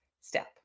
step